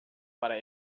para